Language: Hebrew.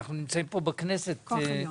כוח עליון.